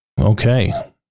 Okay